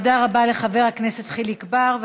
תודה רבה לחבר הכנסת חיליק בר.